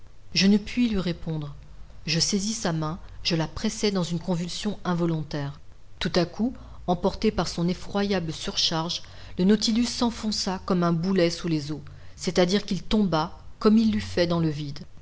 je ne pus lui répondre je saisis sa main je la pressai dans une convulsion involontaire tout à coup emporté par son effroyable surcharge le nautilus s'enfonça comme un boulet sous les eaux c'est-à-dire qu'il tomba comme il eût fait dans le vide